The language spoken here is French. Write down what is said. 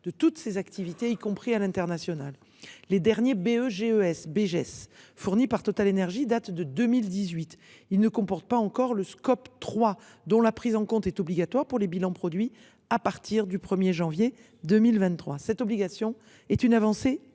de toutes ses activités, y compris à l’international. Les derniers Beges fournis par TotalEnergies datent de 2018. Ils ne comportent pas encore le scope 3, dont la prise en compte est obligatoire pour les bilans produits à partir du 1 janvier 2023. Cette obligation est une avancée